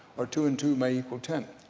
or two and two may equal ten.